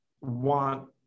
want